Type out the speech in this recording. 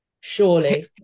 Surely